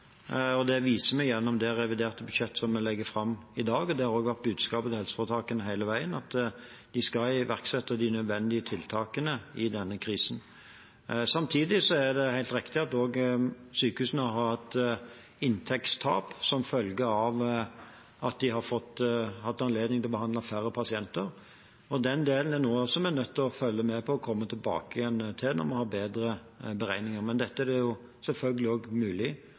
Det viser vi gjennom revidert budsjett, som vi legger fram i dag, og det har også vært budskapet til helseforetakene hele veien, at de skal iverksette de nødvendige tiltakene i denne krisen. Samtidig er det helt riktig at også sykehusene har hatt inntektstap som følge av at de har hatt anledning til å behandle færre pasienter. Den delen er noe vi er nødt til å følge med på og komme tilbake til når vi har bedre beregninger, men dette er det selvfølgelig også mulig